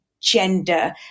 gender